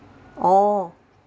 oh